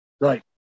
Right